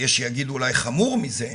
ויש שיגידו אולי חמור מזה,